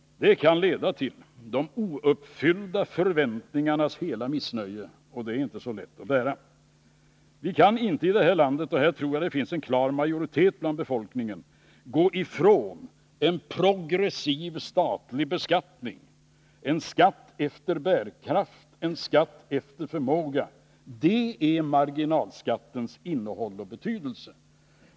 Det kan leda till de ouppfyllda förväntningarnas hela missnöje, och det är inte så lätt att bära. Vi kan inte i det här landet — och här tror jag det finns en klar majoritet bland befolkningen — gå ifrån en progressiv statlig beskattning, en skatt efter bärkraft, en skatt efter förmåga. Det är marginalskattens innehåll och betydelse.